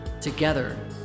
together